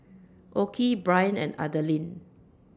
Okey Bryan and Adaline